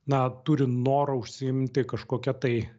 na turi norą užsiimti kažkokia tai